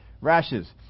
rashes